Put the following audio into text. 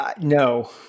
No